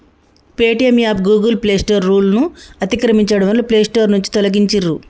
Paytm app Google play store రూల్స్ను అతిక్రమించడంతో play store నుంచి తొలగించిర్రు